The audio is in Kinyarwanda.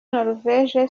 norvège